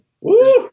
Woo